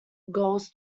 goals